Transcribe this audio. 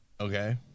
okay